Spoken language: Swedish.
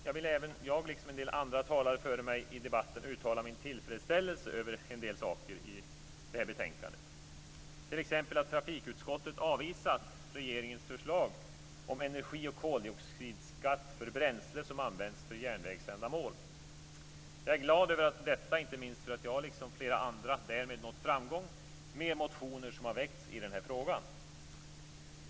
Jag vill, liksom en del andra talare före mig i debatten har gjort, uttala min tillfredsställelse över en del saker i det här betänkandet, t.ex. att trafikutskottet avvisat regeringens förslag om energioch koldioxidskatt för bränsle som används för järnvägsändamål. Jag är glad över detta, inte minst för att jag liksom flera andra därmed har nått framgång med motioner som har väckts i den här frågan.